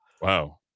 Wow